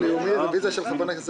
הרוויזיה?